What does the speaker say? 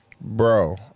Bro